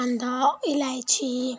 अन्त अलैँची